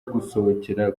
gusohokera